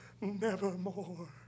nevermore